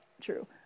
true